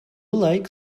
like